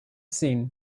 seen